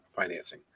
financing